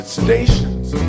stations